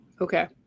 Okay